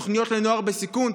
תוכניות לנוער בסיכון,